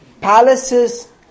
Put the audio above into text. palaces